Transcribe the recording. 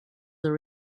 are